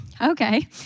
okay